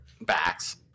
backs